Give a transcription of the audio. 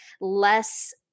less